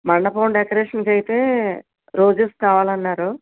మండపం డెకరేషన్కి అయితే రోజెస్ కావాలన్నారు